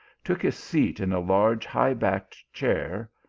took his seat in a large high-backed chair,